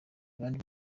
kandi